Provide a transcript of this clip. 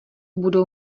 budou